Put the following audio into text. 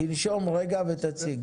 תנשום רגע ותציג.